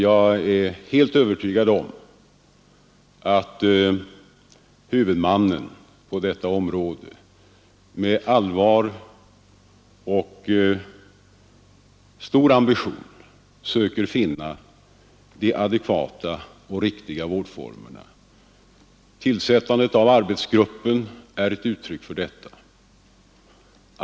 Jag är övertygad om att huvudmannen på detta område med allvar och stor ambition försöker finna de adekvata och riktiga vårdformerna. Tillsättandet av arbetsgruppen är ett uttryck för detta.